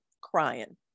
crying